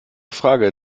frage